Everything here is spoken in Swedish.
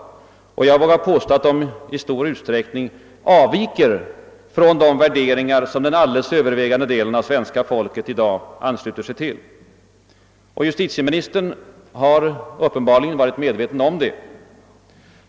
Jag vågar påstå att de i stor ut sträckning avviker från de värderingar som den alldeles övervägande delen av det svenska folket i dag ansluter sig till. Justitieministern har uppenbarligen varit medveten om detta.